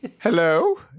Hello